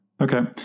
Okay